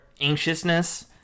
anxiousness